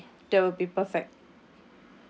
oh okay that will be perfect